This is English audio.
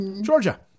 georgia